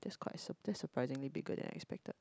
that's quite that's surprisingly bigger than I expected